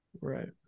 Right